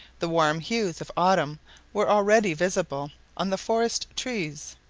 the warm hues of autumn were already visible on the forest trees,